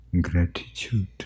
gratitude